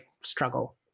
struggle